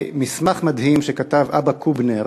מסמך מדהים שכתב אבא קובנר